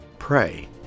pray